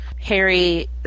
Harry